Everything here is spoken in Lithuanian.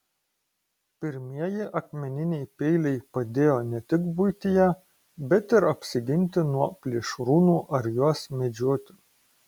pirmieji akmeniniai peiliai padėjo ne tik buityje bet ir apsiginti nuo plėšrūnų ar juos medžioti